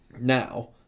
now